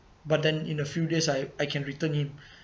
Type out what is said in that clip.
but then in a few days I I can return it